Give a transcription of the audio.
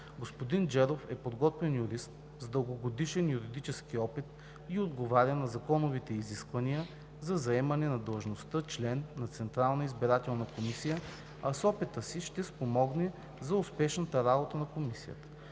Господин Джеров е подготвен юрист с дългогодишен юридически опит и отговаря на законовите изисквания за заемане на длъжността член на Централна избирателна комисия, а с опита си ще спомогне за успешната работа на Комисията.